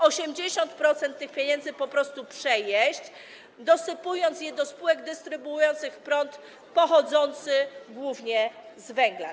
80% tych pieniędzy po prostu przejeść, dosypując je do spółek dystrybuujących prąd pochodzący głównie z węgla.